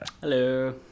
hello